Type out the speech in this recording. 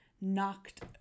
knocked